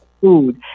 food